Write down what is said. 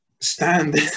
stand